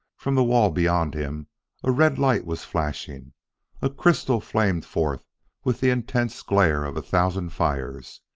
from the wall beyond him a red light was flashing a crystal flamed forth with the intense glare of a thousand fires.